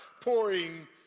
pouring